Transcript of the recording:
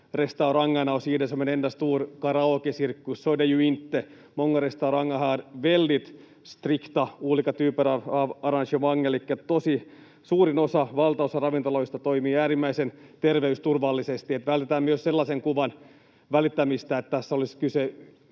suurin osa, valtaosa, ravintoloista toimii äärimmäisen terveysturvallisesti. Vältetään myös sellaisen kuvan välittämistä, että tässä olisi kyse